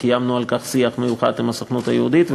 קיימנו על כך שיח מיוחד עם הסוכנות היהודית,